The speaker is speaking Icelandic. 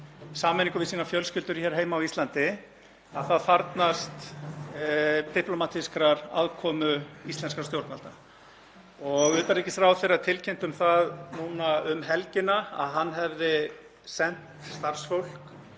sameiningu við sínar fjölskyldur hér heima á Íslandi, þarfnast diplómatískrar aðkomu íslenskra stjórnvalda. Utanríkisráðherra tilkynnti um það núna heildaum helgina að hann hefði sent starfsfólk